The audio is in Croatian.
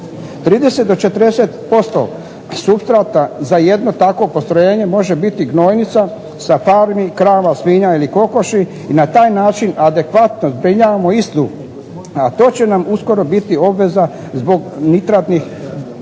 do 40% supstrata za jedno takvo postrojenje može biti gnojnica sa farmi krava, svibnja ili kokoši i na taj način adekvatno zbrinjavamo istu. To će nam uskoro biti obveza zbog nitratnih direktiva.